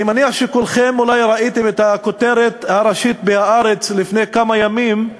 אני מניח שכולכם אולי ראיתם את הכותרת הראשית ב"הארץ" לפני כמה ימים,